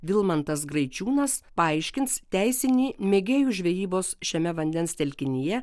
vilmantas graičiūnas paaiškins teisinį mėgėjų žvejybos šiame vandens telkinyje